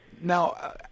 Now